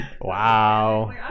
Wow